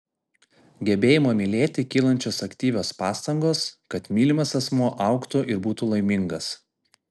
gebėjimo mylėti kylančios aktyvios pastangos kad mylimas asmuo augtų ir būtų laimingas